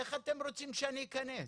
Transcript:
איך אתם רוצים שאני אכנס?